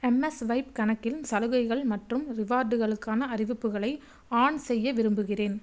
எம்எஸ்ஸ்வைப் கணக்கில் சலுகைகள் மற்றும் ரிவார்டுகளுக்கான அறிவிப்புகளை ஆன் செய்ய விரும்புகிறேன்